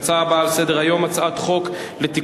ההצעה הבאה על סדר-היום: הצעת חוק לתיקון